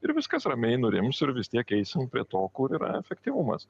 ir viskas ramiai nurims ir vis tiek eisim prie to kur yra efektyvumas